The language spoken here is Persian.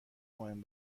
مهم